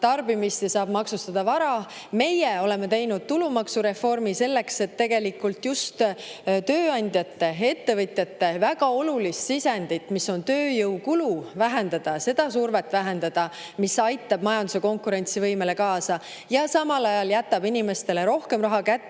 tarbimist ja saab maksustada vara. Meie oleme teinud tulumaksureformi selleks, et just tööandjatel, ettevõtjatel väga olulise sisendi kulu, mis on tööjõukulu, vähendada ja vähendada seda survet. See aitab majanduse konkurentsivõimele kaasa ja samal ajal jätab inimestele rohkem raha kätte,